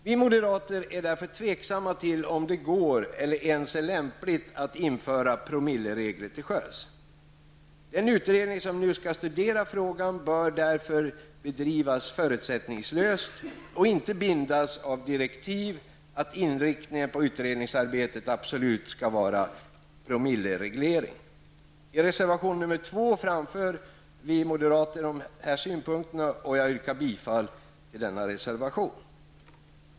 Vi moderater är därför tveksamma till om det går eller ens är lämpligt att införa promilleregler till sjöss. Den utredning som nu skall studera frågan närmare bör därför bedrivas förutsättningslöst och inte bindas av direktivet att inriktningen på utredningsarbetet absolut skall vara promillereglering. I reservation 2 framför vi dessa synpunkter, och jag yrkar bifall till denna reservation.